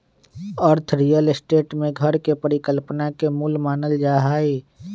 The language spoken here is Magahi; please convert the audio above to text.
अर्थ रियल स्टेट में घर के परिकल्पना के मूल मानल जाई छई